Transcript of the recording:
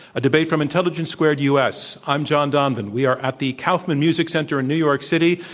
a debate from intelligence squared u. s. i'm john donvan. we are at the kaufman music center in new york city.